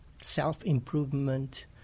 self-improvement